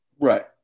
Right